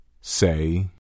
Say